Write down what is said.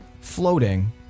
floating